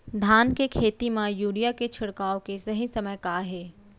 धान के खेती मा यूरिया के छिड़काओ के सही समय का हे?